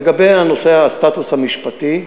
לגבי נושא הסטטוס המשפטי,